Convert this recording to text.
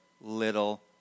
little